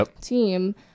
team